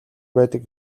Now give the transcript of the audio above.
байдаг